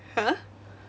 !huh!